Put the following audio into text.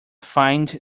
find